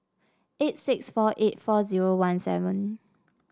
eight six four eight four zero one seven